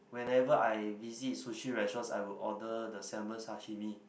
whenever I visit sushi restaurants I would order the salmon sashimi